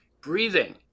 Breathing